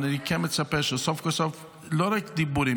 אבל אני כן מצפה שסוף כל סוף לא רק דיבורים,